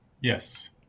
Yes